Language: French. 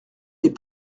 des